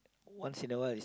once in awhile it's